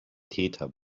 täter